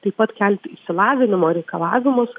taip pat kelti išsilavinimo reikalavimus